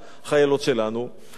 חיילות שלנו באו,